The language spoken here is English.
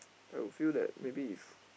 I'll feel that maybe is